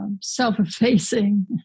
self-effacing